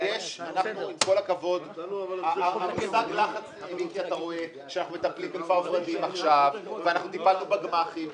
אתה רואה שאנחנו מטפלים עכשיו בכפר ורדים ואנחנו טיפלנו בגמ"חים.